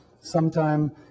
sometime